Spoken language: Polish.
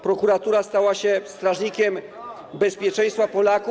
Prokuratura stała się strażnikiem bezpieczeństwa Polaków.